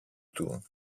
του